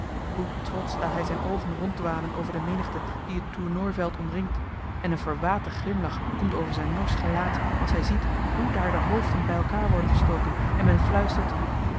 hoe trotsch laat hij zijne oogen ronddwalen over de menigte die het tournooiveld omringt en een verwaten glimlach komt over zijn norsch gelaat als hij ziet hoe daar de hoofden bij elkaar worden gestoken en men fluistert